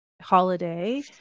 holiday